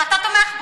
שאתה תומך בו.